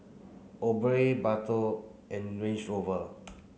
Obey Bardot and Range Rover